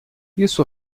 isso